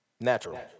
Natural